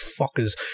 fuckers